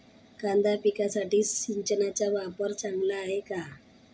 कांदा पिकासाठी सिंचनाचा वापर चांगला आहे का?